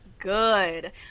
good